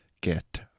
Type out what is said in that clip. get